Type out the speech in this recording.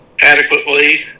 adequately